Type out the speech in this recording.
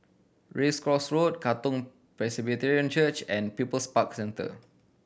Race Course Road Katong Presbyterian Church and People's Park Centre